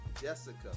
Jessica